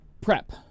prep